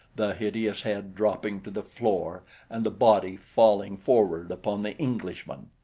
the hideous head dropping to the floor and the body falling forward upon the englishman.